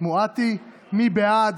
לוועדת הבריאות